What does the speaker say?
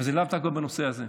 אבל זה לאו דווקא בנושא הזה,